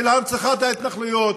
של הנצחת ההתנחלויות,